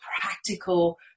practical